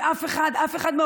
ואף אחד מהאנשים,